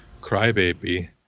Crybaby